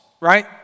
right